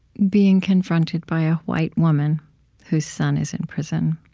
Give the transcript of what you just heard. being confronted by a white woman whose son is in prison,